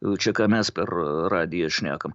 jau čia ką mes per radiją šnekam